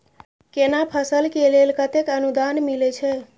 केना फसल के लेल केतेक अनुदान मिलै छै?